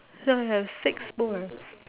so I have six more